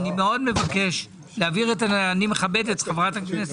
אני מאוד מבקש להעביר אני מכבד את חברת הכנסת.